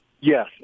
Yes